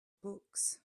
books